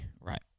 Right